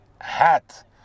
hat